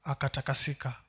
Akatakasika